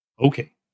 Okay